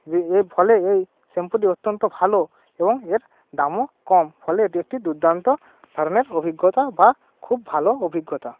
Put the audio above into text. এ এ ফলে এই শ্যাম্পুটি অত্যন্ত ভালো এবং এর দামও কম ফলে এটি একটি দুর্দান্ত ধরনের অভিজ্ঞতা বা খুব ভালো অভিজ্ঞতা